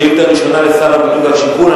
שאילתא ראשונה, לשר הבינוי והשיכון.